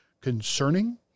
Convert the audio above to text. concerning